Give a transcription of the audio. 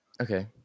Okay